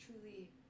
truly